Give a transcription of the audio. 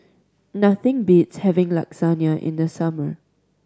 nothing beats having Lasagna in the summer